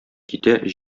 китә